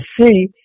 see